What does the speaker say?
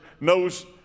knows